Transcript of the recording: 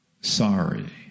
sorry